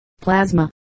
plasma